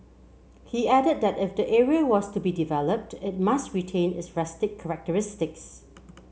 he added that if the area was to be developed it must retain its rustic characteristics